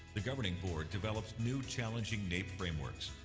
the governing board developed new challenging naep frameworks,